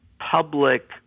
public